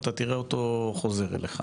אתה בהכרח תראה אותו חור אליך.